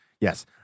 yes